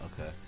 Okay